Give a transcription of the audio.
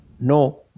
no